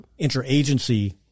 interagency